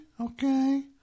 okay